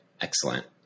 Excellent